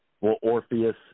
Orpheus